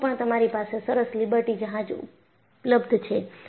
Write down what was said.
હજુ પણ તમારી પાસે સરસ લિબર્ટી જહાજ ઉપલબ્ધ છે